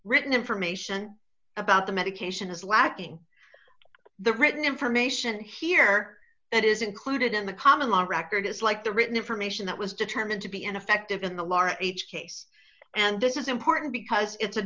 written information about the medication is lacking the written information here it is included in the common law records like the written information that was determined to be ineffective in the lhari each case and this is important because it's a